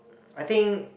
I think